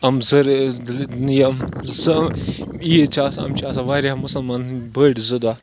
یِم زٕ یِم زٕ عیٖد چھِ آسان یِم چھِ آسان واریاہ مُسلمانَن ہٕنٛدۍ بٔڑۍ زٕ دۄہ